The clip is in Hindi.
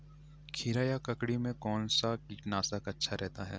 खीरा या ककड़ी में कौन सा कीटनाशक अच्छा रहता है?